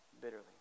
bitterly